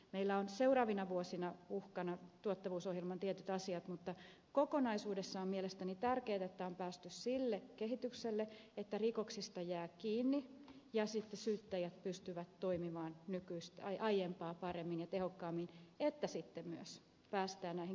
meillä on seuraavina vuosina uhkana tuottavuusohjelman tietyt asiat mutta kokonaisuudessaan on mielestäni tärkeätä että on päästy sille kehitykselle että rikoksista jää kiinni ja sitten syyttäjät pystyvät toimimaan aiempaa paremmin ja tehokkaammin että sitten myös päästään näihin kriminaalipoliittisiin tekoihin